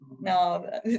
No